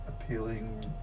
appealing